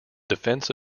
defense